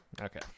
Okay